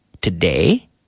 today